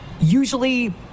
Usually